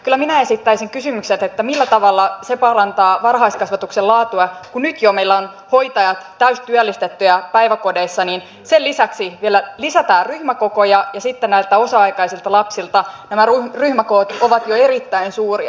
kyllä minä esittäisin kysymyksen millä tavalla se parantaa varhaiskasvatuksen laatua että kun nyt jo meillä ovat hoitajat täystyöllistettyjä päiväkodeissa niin sen lisäksi vielä lisätään ryhmäkokoja ja sitten näillä osa aikaisilla lapsilla ryhmäkoot ovat jo erittäin suuria